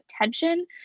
attention